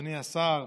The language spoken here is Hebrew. אדוני השר,